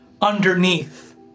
underneath